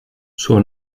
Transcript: suo